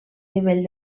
nivell